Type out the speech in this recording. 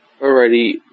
Alrighty